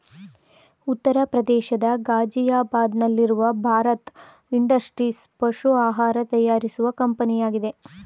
ಉತ್ತರ ಪ್ರದೇಶದ ಗಾಜಿಯಾಬಾದ್ ನಲ್ಲಿರುವ ಭಾರತ್ ಇಂಡಸ್ಟ್ರೀಸ್ ಪಶು ಆಹಾರ ತಯಾರಿಸುವ ಕಂಪನಿಯಾಗಿದೆ